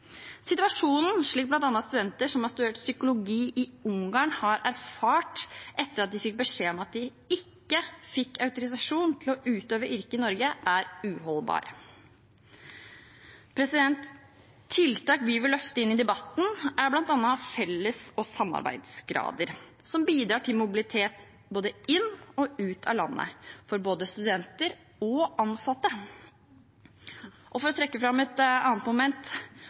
Situasjonen som bl.a. studenter som har studert psykologi i Ungarn, har erfart etter at de fikk beskjed om at de ikke fikk autorisasjon til å utøve yrket i Norge, er uholdbar. Tiltak vi vil løfte inn i debatten, er bl.a. felles- og samarbeidsgrader som bidrar til mobilitet inn og ut av landet, for både studenter og ansatte. For å trekke fram et annet moment,